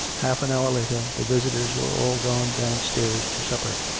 half an hour later, the visitors were all gone downstairs to supper.